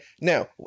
Now